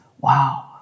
wow